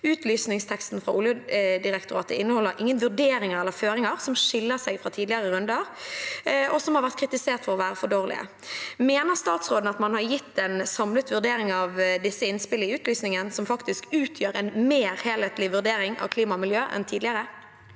Oljedirektoratet inneholder ingen vurderinger eller føringer som skiller seg fra tidligere runder, som har vært kritisert for å være for dårlige. Mener statsråden at man har gitt en samlet vurdering av disse innspillene i utlysningen, som faktisk utgjør en mer helhetlig vurdering av klima og miljø enn tidligere?